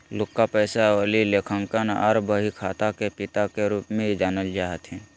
Luca Pacioli लेखांकन आर बहीखाता के पिता के रूप मे जानल जा हथिन